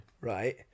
Right